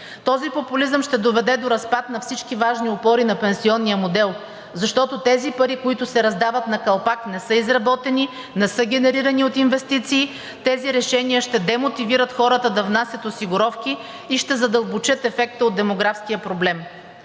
Този популизъм ще доведе до разпад на всички важни опори на пенсионния модел, защото тези пари, които се раздават на калпак, не са изработени, не са генерирани от инвестиции. Тези решения ще демотивират хората да внасят осигуровки и ще задълбочат ефекта от демографския проблем.